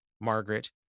Margaret